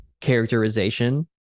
characterization